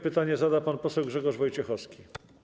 Pytanie zada pan poseł Grzegorz Wojciechowski.